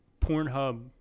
Pornhub